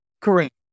Correct